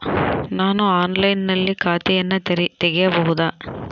ನಾನು ಆನ್ಲೈನಿನಲ್ಲಿ ಖಾತೆಯನ್ನ ತೆಗೆಯಬಹುದಾ?